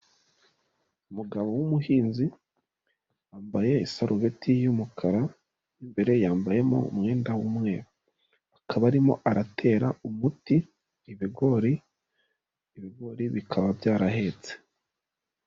Umugabo w'umuhinzi wambaye isarubeti y'umukara, imbere yambayemo umwenda w'umweru, akaba arimo aratera umuti ibigori, ibigori bikaba byarahetse.